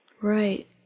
Right